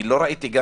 לא ראיתי,